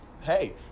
hey